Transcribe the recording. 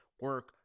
Work